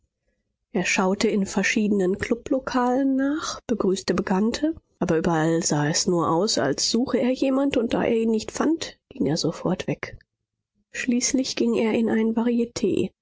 er schaute in verschiedenen klublokalen nach begrüßte bekannte aber überall sah es nur aus als suche er jemand und da er ihn nicht fand ging er sofort weg schließlich ging er in ein varietee